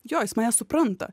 jo jis mane supranta